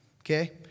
okay